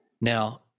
Now